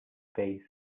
space